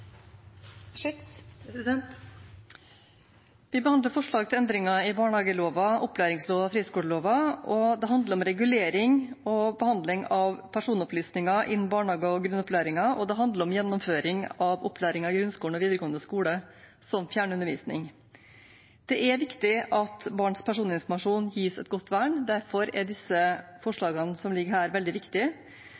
Vi behandler forslag til endringer i barnehageloven, opplæringsloven og friskoleloven. Det handler om regulering og behandling av personopplysninger innen barnehager og i grunnopplæringen, og det handler om gjennomføring av opplæringen i grunnskolen og videregående skole som fjernundervisning. Det er viktig at barns personinformasjon gis et godt vern. Derfor er